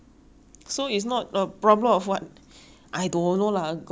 I don't know lah got bulk no bulk cannot find vein means cannot find vein lah